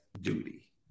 duty